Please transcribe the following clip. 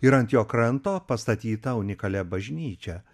ir ant jo kranto pastatyta unikalia bažnyčia